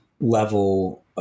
level